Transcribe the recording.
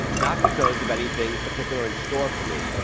not because of anything particular in store for me,